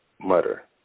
mutter